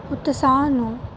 ਉਤਸ਼ਾਹ ਨੂੰ